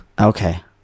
Okay